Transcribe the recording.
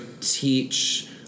teach